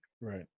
Right